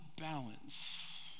balance